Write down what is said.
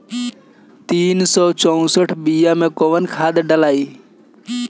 तीन सउ चउसठ बिया मे कौन खाद दलाई?